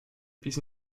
bis